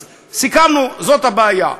אז סיכמנו, זאת הבעיה,